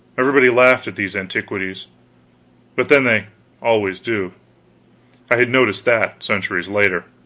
everybody laughed at these antiquities but then they always do i had noticed that, centuries later.